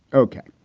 ok.